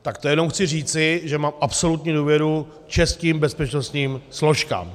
Tak to jenom chci říci, že mám absolutní důvěru k českým bezpečnostním složkám.